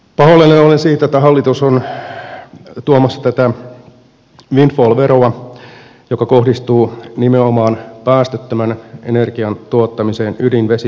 pahoillani olen siitä että hallitus on tuomassa tätä windfall veroa joka kohdistuu nimenomaan päästöttömän energian tuottamiseen ydin vesi ja tuulivoimatuotannolla